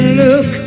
look